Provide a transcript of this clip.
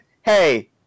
Hey